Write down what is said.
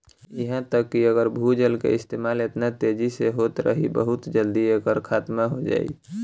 इहा तक कि अगर भूजल के इस्तेमाल एतना तेजी से होत रही बहुत जल्दी एकर खात्मा हो जाई